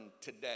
today